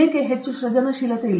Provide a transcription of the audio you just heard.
ಏಕೆ ಹೆಚ್ಚು ಸೃಜನಶೀಲತೆ ಇಲ್ಲ